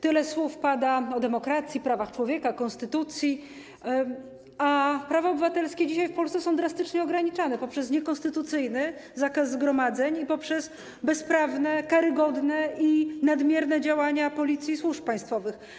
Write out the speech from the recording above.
Tyle słów pada o demokracji, prawach człowieka, konstytucji, a prawa obywatelskie dzisiaj w Polsce są drastycznie ograniczane poprzez niekonstytucyjny zakaz zgromadzeń i poprzez bezprawne, karygodne i nadmierne działania Policji i służb państwowych.